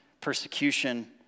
persecution